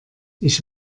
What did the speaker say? ich